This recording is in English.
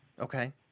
Okay